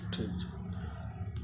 ठीक छै